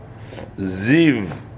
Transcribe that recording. Ziv